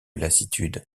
lassitude